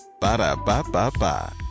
Ba-da-ba-ba-ba